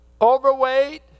overweight